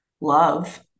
love